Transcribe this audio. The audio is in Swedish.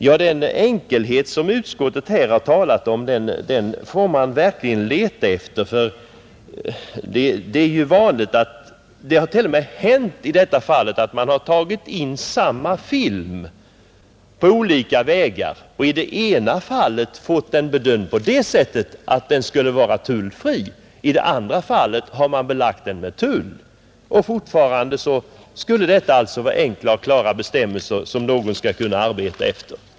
Ja, den enkelhet som utskottet talat om får man verkligen leta efter. Det har t.o.m. hänt att man har tagit in samma film på olika vägar och i det ena fallet fått den bedömd så att den skulle vara tullfri, medan den i det andra fallet har belagts med tull. Och fortfarande skulle detta alltså vara klara och enkla bestämmelser som någon skall kunna arbeta efter!